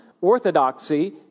orthodoxy